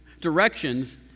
directions